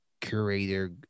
curator